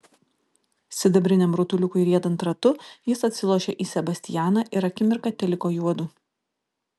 sidabriniam rutuliukui riedant ratu ji atsilošė į sebastianą ir akimirką teliko juodu